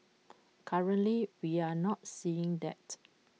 currently we are not seeing that